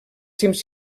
cims